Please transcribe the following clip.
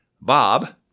Bob